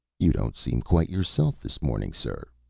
you don't seem quite yourself this morning, sir,